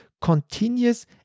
continuous